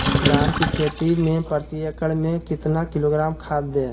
धान की खेती में प्रति एकड़ में कितना किलोग्राम खाद दे?